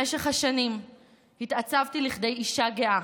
במשך השנים התעצבתי לכדי אישה גאה,